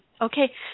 okay